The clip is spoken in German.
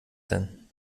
denn